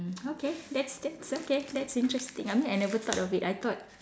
mm okay that's that's okay that's interesting I mean I never thought of it I thought